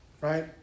right